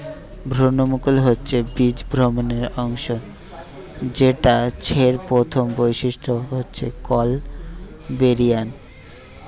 ভ্রূণমুকুল হচ্ছে বীজ ভ্রূণের অংশ যেটা ছের প্রথম বৈশিষ্ট্য হচ্ছে কল বেরি যায়